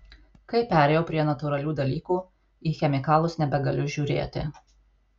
kai perėjau prie natūralių dalykų į chemikalus nebegaliu žiūrėti